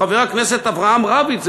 חבר הכנסת אברהם רביץ,